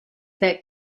that